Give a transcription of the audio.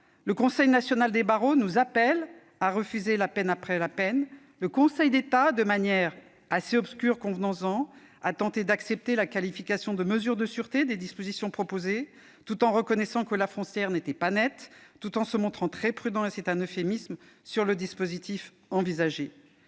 Le Conseil national des barreaux nous appelle à refuser la peine après la peine. Le Conseil d'État, de manière assez obscure, convenons-en, a tenté d'accepter la qualification de « mesures de sûreté » des dispositions proposées, tout en reconnaissant que la frontière n'était pas nette, tout en se montrant très prudent- et c'est un euphémisme -sur le dispositif envisagé.